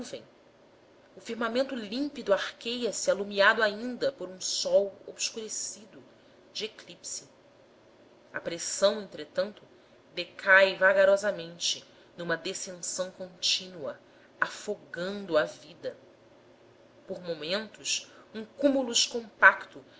o firmamento límpido arqueia se alumiado ainda por um sol obscurecido de eclipse a pressão entretanto decai vagarosamente numa descensão contínua afogando a vida por momentos um cumulus compacto